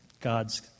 God's